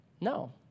No